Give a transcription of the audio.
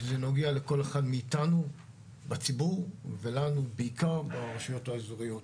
זה נוגע לכל אחד מאתנו בציבור ולנו בעיקר ברשויות האזוריות.